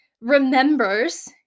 remembers